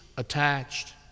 attached